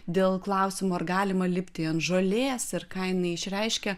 dėl klausimo ar galima lipti ant žolės ir ką jinai išreiškia